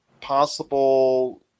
possible